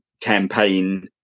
campaign